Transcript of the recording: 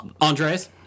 Andres